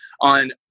on